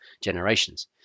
generations